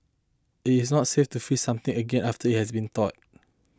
it is not safe to freeze something again after it has thawed